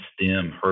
stem